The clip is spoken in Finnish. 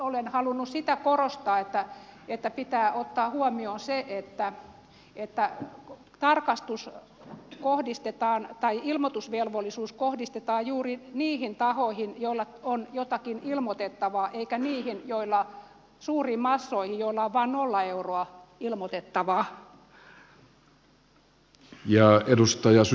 olen halunnut sitä korostaa että pitää ottaa huomioon se että ilmiotusvelvollisuus kohdistetaan juuri niihin tahoihin joilla on jotakin ilmoitettavaa eikä niihin suuriin massoihin joilla on vain nolla euroa ilmoitettavaa